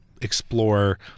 explore